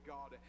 God